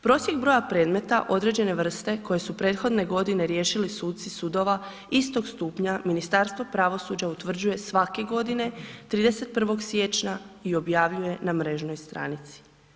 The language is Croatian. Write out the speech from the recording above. Prosjek broja predmeta određene vrste koje su prethodne godine riješili suci sudova istog stupnja Ministarstvo pravosuđa utvrđuje svake godine 31. siječnja i objavljuje na mrežnoj stranici.